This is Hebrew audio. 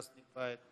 ואז נקבע את